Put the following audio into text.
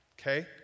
Okay